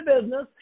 business